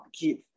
give